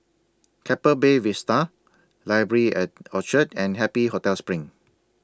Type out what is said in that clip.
Keppel Bay Vista Library At Orchard and Happy Hotel SPRING